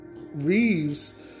Reeves